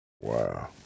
Wow